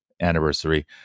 anniversary